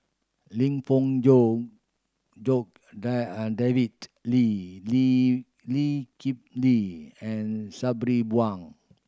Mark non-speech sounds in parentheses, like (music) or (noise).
Lim Fong Jock Jock (unintelligible) and David Lee Lee Lee Kip Lee and Sabri Buang